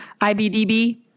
IBDB